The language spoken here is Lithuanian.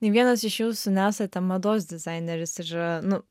nei vienas iš jūsų nesate mados dizaineris ir nu